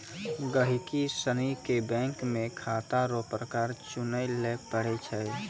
गहिकी सनी के बैंक मे खाता रो प्रकार चुनय लै पड़ै छै